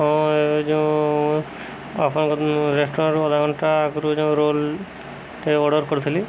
ହଁ ଏବେ ଯେଉଁ ଆପଣଙ୍କ ରେଷ୍ଟୁରାଣ୍ଟରୁ ଅଧା ଘଣ୍ଟା ଆଗରୁ ଯେଉଁ ରୋଲ୍ ଟେ ଅର୍ଡ଼ର୍ କରିଥିଲି